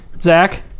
Zach